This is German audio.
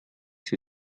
sie